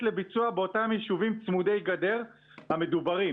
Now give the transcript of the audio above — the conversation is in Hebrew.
לביצוע באותם יישובים צמודי גדר המדוברים.